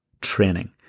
training